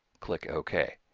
click ok,